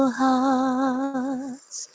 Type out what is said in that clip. hearts